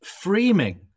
framing